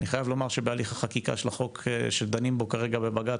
אני חייב לומר שבהליך החקיקה של החוק שדנים בו כרגע בבג"צ,